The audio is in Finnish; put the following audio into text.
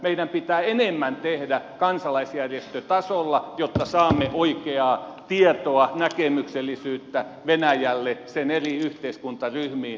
meidän pitää enemmän tehdä kansalaisjärjestötasolla jotta saamme oikeaa tietoa ja näkemyksellisyyttä venäjälle sen eri yhteiskuntaryhmiin ja kerroksiin